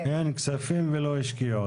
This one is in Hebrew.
אין כספים ולא השקיעו.